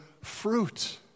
fruit